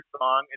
song